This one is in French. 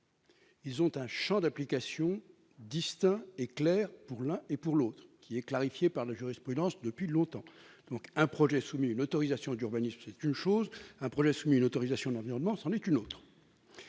chacun un champ d'application clair et distinct- cette question est clarifiée par la jurisprudence depuis longtemps. Un projet soumis à une autorisation d'urbanisme, c'est une chose, un projet soumis à une autorisation d'environnement, c'en est une autre